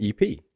EP